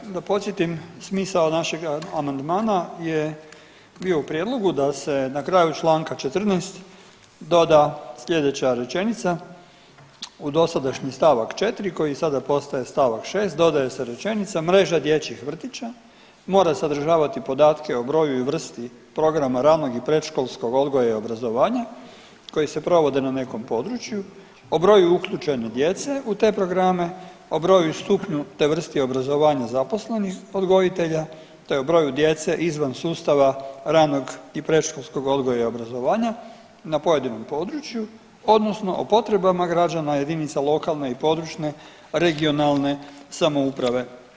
Dakle da podsjetim, smisao našega amandmana je bio u prijedlogu da se na kraju čl. 14. doda slijedeća rečenica, u dosadašnji st. 4. koji sada postaje st. 6. dodaje se rečenica mreža dječjih vrtića mora sadržavati podatke o broju i vrsti programa ranog i predškolskog odgoja i obrazovanja koji se provode na nekom području, o broju uključene djece u te programe, o broju i stupnju, te vrsti obrazovanja zaposlenih odgojitelja, te o broju djece izvan sustava ranog i predškolskog odgoja i obrazovanja na pojedinom području odnosno o potrebama građana jedinica lokalne i područne (regionalne) samouprave.